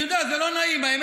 אתה לא תשתיק אותי, מספיק